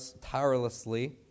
tirelessly